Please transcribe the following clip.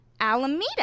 Alameda